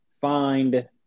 find